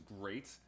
great